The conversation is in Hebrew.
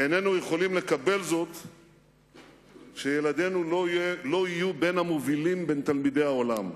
איננו יכולים לקבל שילדינו לא יהיו בין המובילים בתלמידי העולם,